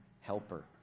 helper